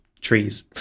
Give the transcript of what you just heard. trees